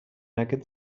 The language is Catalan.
aquest